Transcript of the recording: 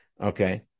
okay